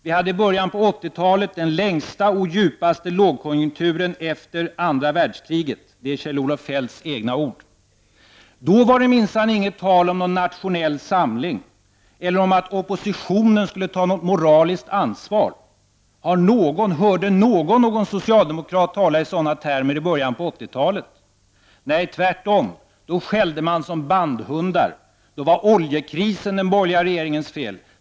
Och i början av 80-talet rådde den längsta och djupaste lågkonjunkturen efter andra världskriget — det är Kjell-Olof Feldts egna ord. Då var det minsann inget tal om någon nationell samling eller att oppositionen skulle ta något moraliskt ansvar. Hörde någon en socialdemokrat tala i sådana termer i början av 80-talet? Nej, tvärtom, då skällde socialdemokraterna som bandhundar. Då var oljekrisen den borgerliga regeringens fel.